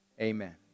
Amen